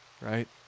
right